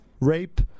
rape